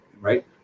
right